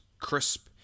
crisp